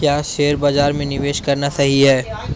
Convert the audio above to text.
क्या शेयर बाज़ार में निवेश करना सही है?